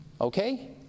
okay